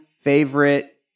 favorite